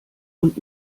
und